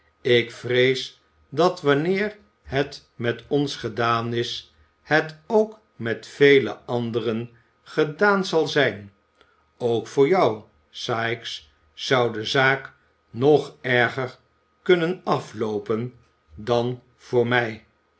ik vrees dat wanneer het met ons gedaan is het ook met vele anderen gedaan zal zijn ook voor jou sikes zou de zaak nog erger kunnen afloopen dan voor mij